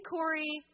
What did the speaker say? Corey